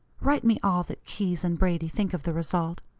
write me all that keyes and brady think of the result.